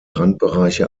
randbereiche